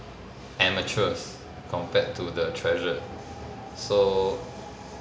amateur's compared to the treasure so